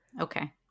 Okay